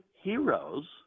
heroes